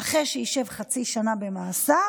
אחרי שישב חצי שנה במאסר